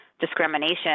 discrimination